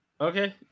Okay